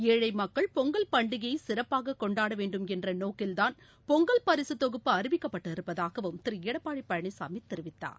ஏழைமக்கள் பொங்கல் பண்டிகையைசிறப்பாககொண்டாடவேண்டும் என்றநோக்கில்தான் பொங்கல் பரிசுத்தொகுப்பு அறிவிக்கப்பட்டிருப்பதாகவும் திருஎடப்பாடிபழனிசாமிதெரிவித்தார்